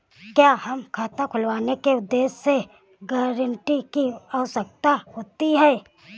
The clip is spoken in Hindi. क्या हमें खाता खुलवाने के उद्देश्य से गैरेंटर की आवश्यकता होती है?